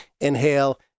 inhale